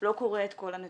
לא קורא את כל הנתונים,